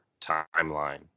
timeline